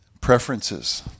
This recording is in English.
Preferences